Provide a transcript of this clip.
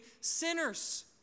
sinners